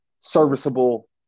serviceable